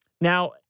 Now